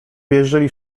wierzyli